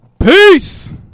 Peace